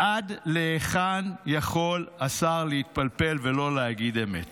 עד להיכן יכול השר להתפלפל ולא להגיד אמת?